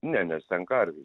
ne nes ten karvių